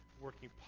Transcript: working